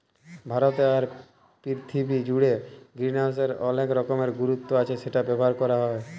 ভারতে আর পীরথিবী জুড়ে গ্রিনহাউসের অলেক রকমের গুরুত্ব আচ্ছ সেটা ব্যবহার ক্যরা হ্যয়